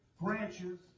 branches